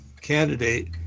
candidate